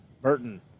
Burton